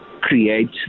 create